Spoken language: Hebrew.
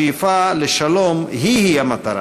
השאיפה לשלום היא-היא המטרה,